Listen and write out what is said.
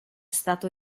stato